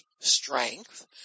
strength